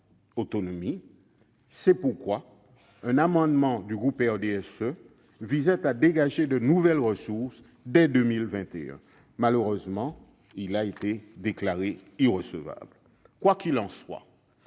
C'est pourquoi un amendement du groupe du RDSE visait à dégager de nouvelles ressources dès 2021 ; malheureusement, celui-ci a été déclaré irrecevable. Quoi qu'il en soit,